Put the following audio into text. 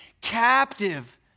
captive